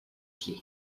clef